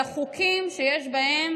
אלא חוקים שיש בהם